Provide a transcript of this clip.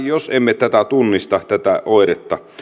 jos emme tätä oiretta